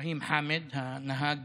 אבראהים חאמד, הנהג